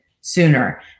sooner